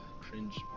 Cringe